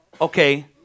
Okay